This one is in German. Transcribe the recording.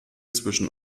zwischen